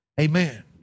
Amen